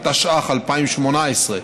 התשע"ח 2018,